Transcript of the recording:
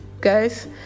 guys